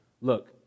look